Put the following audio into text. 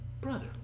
brother